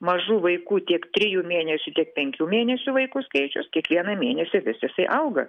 mažų vaikų tiek trijų mėnesių tiek penkių mėnesių vaikų skaičius kiekvieną mėnesį vis jisai auga